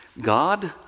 God